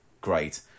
great